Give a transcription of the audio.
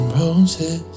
roses